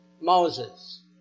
Moses